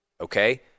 Okay